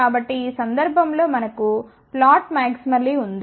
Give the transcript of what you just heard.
కాబట్టి ఈ సందర్భంలో మనకు ఫ్లాట్ మాక్సిమలీ ఉంది